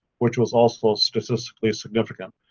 which was also statistically significant.